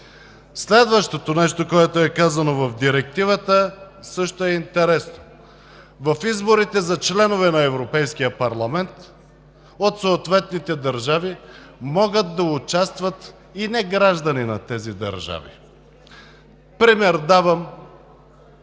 Следващото нещо, което е казано в Директивата, също е интересно. В изборите за членове на Европейския парламент от съответните държави могат да участват и не-граждани на тези държави. Пример давам